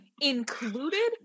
included